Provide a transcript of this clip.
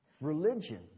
religion